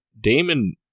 Damon